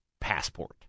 passport